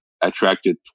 attracted